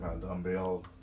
dumbbell